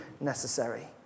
necessary